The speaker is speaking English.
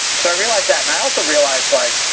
so i realized that. and i also realized like,